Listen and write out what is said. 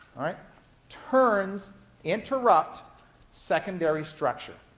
turns interrupt secondary structure.